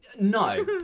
No